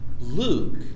Luke